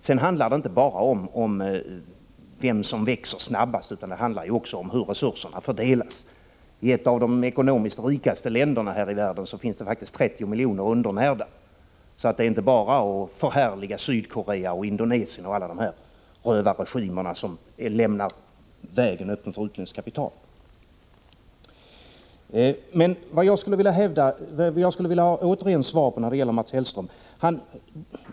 Sedan handlar det inte bara om vem som växer snabbast utan också om hur resurserna fördelas. I ett av de ekonomiskt rikaste länderna här i världen finns det faktiskt 30 miljoner undernärda, så det går inte bara att förhärliga Sydkorea, Indonesien och alla andra rövarregimer som lämnar vägen öppen för utländskt kapital. Återigen vill jag ha ett svar från Mats Hellström.